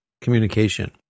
communication